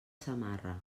samarra